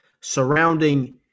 surrounding